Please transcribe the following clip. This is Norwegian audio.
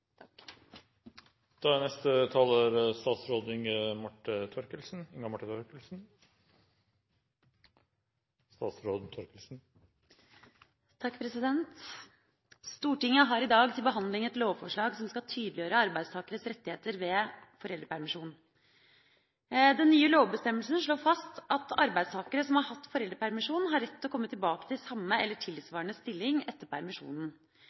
Stortinget har i dag til behandling et lovforslag som skal tydeliggjøre arbeidstakeres rettigheter ved foreldrepermisjon. Den nye lovbestemmelsen slår fast at arbeidstakere som har hatt foreldrepermisjon, har rett til å komme tilbake til samme eller tilsvarende stilling etter permisjonen.